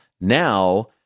Now